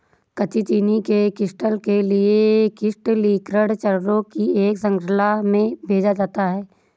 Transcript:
कच्ची चीनी के क्रिस्टल के लिए क्रिस्टलीकरण चरणों की एक श्रृंखला में भेजा जाता है